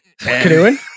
Canoeing